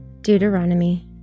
Deuteronomy